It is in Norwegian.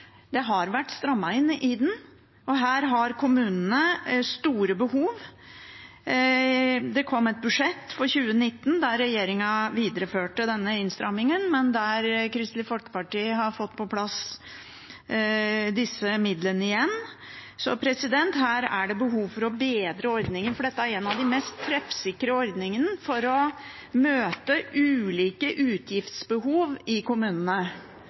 Det har vært strammet inn i den, og her har kommunene store behov. Det kom et budsjett for 2019 der regjeringen videreførte denne innstramningen, men Kristelig Folkeparti har fått på plass disse midlene igjen. Her er det behov for å bedre ordningen, for dette er en av de mest treffsikre ordningene for å møte ulike utgiftsbehov i kommunene.